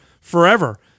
forever